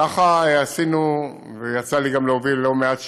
ככה עשינו, ויצא לי גם להוביל לא מעט שינויים,